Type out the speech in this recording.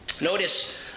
Notice